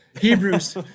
Hebrews